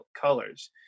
colors